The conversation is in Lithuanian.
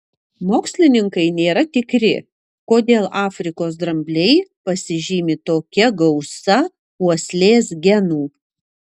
mokslininkai nėra tikri kodėl afrikos drambliai pasižymi tokia gausa uoslės genų